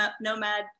nomad